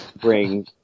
bring